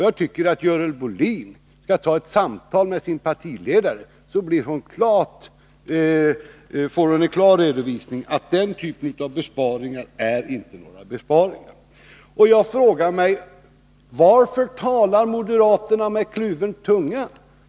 Jag tycker att Görel Bohlin skall ta ett samtal med sin partiledare, så får hon klart för sig att den typ av åtgärder hon talar för inte är några besparingar. Jag frågar mig: Varför talar moderaterna med kluven tunga?